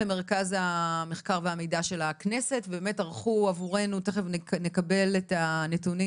מרכז המחקר והמידע של הכנסת תיכף נקבל את הנתונים